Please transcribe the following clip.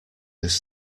this